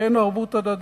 אין ערבות הדדית,